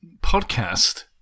podcast